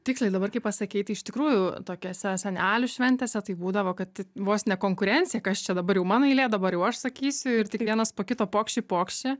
tiksliai dabar kai pasakei tai iš tikrųjų tokiose senelių šventėse tai būdavo kad vos ne konkurencija kas čia dabar jau mano eilė dabar jau aš sakysiu ir tik vienas po kito pokši pokši